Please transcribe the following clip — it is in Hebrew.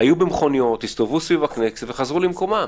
היו במכוניות, הסתובבו סביב הכנסת וחזרו למקומם.